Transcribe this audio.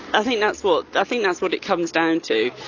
i think that's what i think that's what it comes down to.